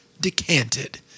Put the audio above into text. decanted